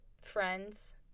friends